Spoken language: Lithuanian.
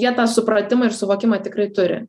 jie tą supratimą ir suvokimą tikrai turi